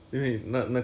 ah